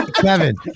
Kevin